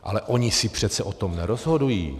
Ale oni si přece o tom nerozhodují.